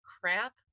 crap